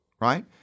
right